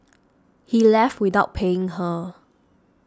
he left without paying her